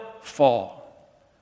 fall